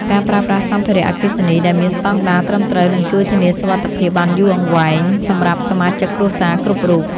ការប្រើប្រាស់សម្ភារៈអគ្គិសនីដែលមានស្តង់ដារត្រឹមត្រូវនឹងជួយធានាសុវត្ថិភាពបានយូរអង្វែងសម្រាប់សមាជិកគ្រួសារគ្រប់រូប។